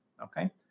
Okay